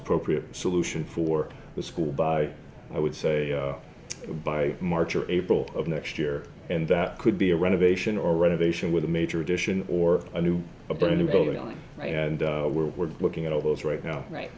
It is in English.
appropriate solution for the school by i would say by march or april of next year and that could be a renovation or renovation with a major addition or a new a but a new building on and we're looking at all those right now right